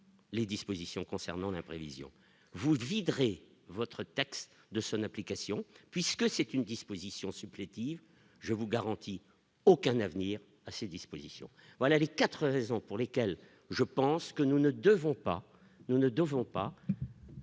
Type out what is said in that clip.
Les dispositions concernant la prévision vous viderait votre texte de son application, puisque c'est une disposition supplétive, je vous garantis, aucun avenir à ces dispositions, voilà les 4 raisons pour lesquelles je pense que nous ne devons pas nous ne devons pas.